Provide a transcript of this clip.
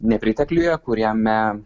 nepritekliuje kuriame